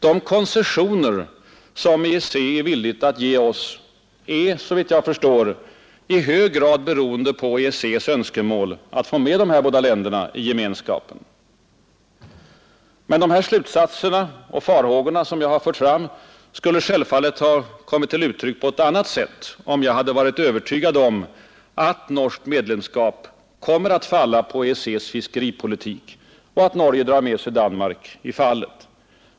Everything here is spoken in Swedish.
De koncessioner EEC är villigt att ge oss är, såvitt jag förstår, i hög grad beroende på EEC:s önskemål att få med de här båda länderna i Gemenskapen. Men de slutsatser och farhågor som jag har fört fram skulle självfallet ha kommit till uttryck på ett annat sätt, om jag hade varit övertygad om att norskt medlemskap kommer att falla på EEC:s fiskeripolitik och att Norge drar med sig Danmark i fallet.